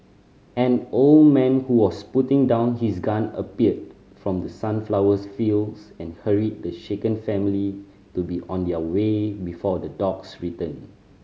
an old man who was putting down his gun appeared from the sunflower fields and hurried the shaken family to be on their way before the dogs return